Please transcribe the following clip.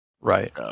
Right